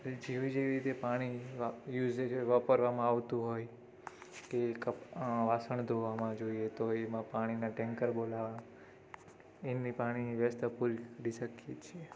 જેવી જેવી રીતે પાણી યુસેઝ હોય વાપરવામાં આવતું હોય કે વાસણ ધોવામાં જોઈએ તો એમાં પાણીનાં ટેન્કર બોલાવવાં એમની પાણીની વ્યસ્થા પૂરી પાડી શકીએ છીએ